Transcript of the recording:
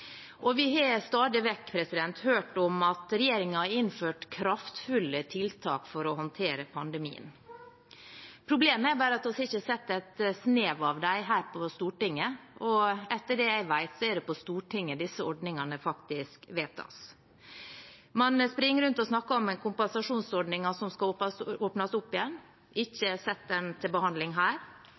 Vi har stadig vekk hørt om at regjeringen har innført kraftfulle tiltak for å håndtere pandemien. Problemet er bare at vi ikke har sett et snev av dem her på Stortinget, og etter det jeg vet, er det på Stortinget disse ordningene faktisk vedtas. Man springer rundt og snakker om kompensasjonsordningen som skal åpnes opp igjen. Vi har ikke sett den til behandling her